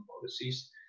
policies